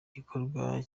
gikorwa